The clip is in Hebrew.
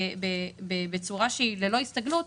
בצורה שהיא ללא הסתגלות,